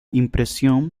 impresión